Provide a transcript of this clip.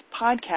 podcast